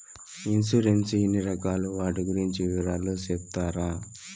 Insurance ఎన్ని రకాలు వాటి గురించి వివరాలు సెప్తారా?